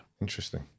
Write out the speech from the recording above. Interesting